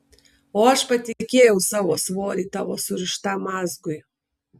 o aš patikėjau savo svorį tavo surištam mazgui